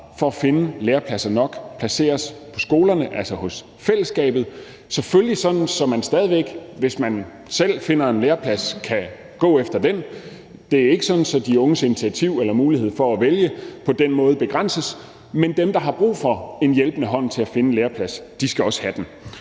for at finde lærepladser nok placeres på skolerne, altså hos fællesskabet – selvfølgelig sådan, at man stadig væk, hvis man selv finder en læreplads, kan gå efter den. Det er ikke sådan, at de unges initiativ eller mulighed for at vælge på den måde begrænses, men dem, der har brug for en hjælpende hånd til at finde en læreplads, skal også have den.